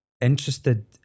interested